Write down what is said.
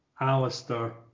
Alistair